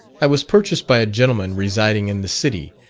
i was purchased by a gentleman residing in the city,